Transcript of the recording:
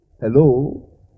Hello